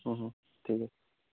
হুম হুম ঠিক আছে